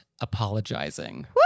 apologizing